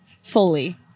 Fully